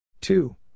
Two